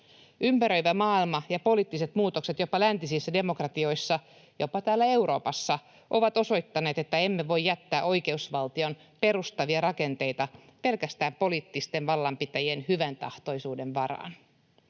Ympäröivä maailma ja poliittiset muutokset jopa läntisissä demokratioissa, jopa täällä Euroopassa, ovat osoittaneet, että emme voi jättää oikeusval-tion perustavia rakenteita pelkästään poliittisten vallanpitäjien hyväntahtoisuuden varaan.